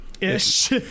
Ish